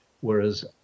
whereas